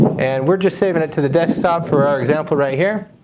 and we're just saving it to the desktop for our example right here.